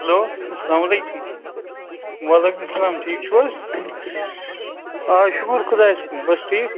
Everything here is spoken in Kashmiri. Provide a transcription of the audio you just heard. ہیٚلو اسلامُ علیکُم وعلیکُم سلام ٹھیٖک چھُو حظ آ شُکُر خۄدایَس کُن بَس ٹھیٖک